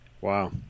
Wow